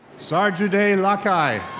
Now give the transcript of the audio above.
sarjudai lakhai.